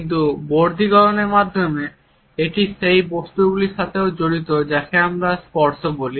কিন্তু বর্ধিতকরণের মাধ্যমে এটি সেই বস্তুগুলির সাথেও জড়িত যাকে আমরা স্পর্শ করি